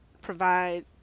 provide